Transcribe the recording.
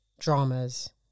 dramas